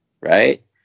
Right